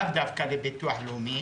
לאו דווקא לביטוח הלאומי,